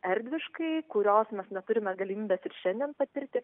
erdviškai kurios mes neturime galimybės ir šiandien patirti